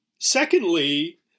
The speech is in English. Secondly